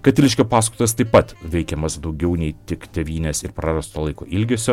katiliškio pasakotojas taip pat veikiamas daugiau nei tik tėvynės ir prarasto laiko ilgesio